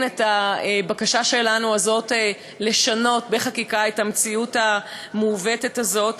את הבקשה שלנו לשנות בחקיקה את המציאות המעוותת הזאת,